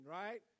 right